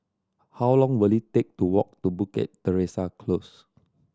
how long will it take to walk to Bukit Teresa Close